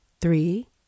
three